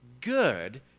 good